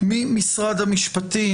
ממשרד המשפטים,